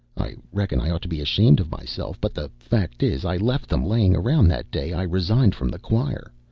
i reckon i ought to be ashamed of myself, but the fact is i left them laying around that day i resigned from the choir.